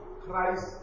Christ